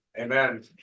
Amen